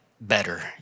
better